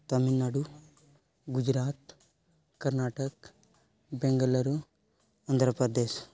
Tamil Nadu Gujarat Karnataka Bengaluru Andhra Pradesh